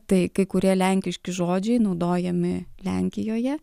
tai kai kurie lenkiški žodžiai naudojami lenkijoje